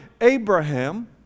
Abraham